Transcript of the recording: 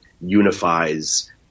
unifies